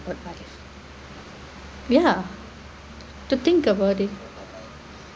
of life yeah to think about it